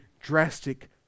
drastic